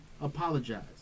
Apologize